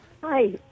Hi